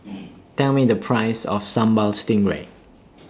Tell Me The Price of Sambal Stingray